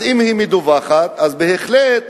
אם היא מדווחת, בהחלט,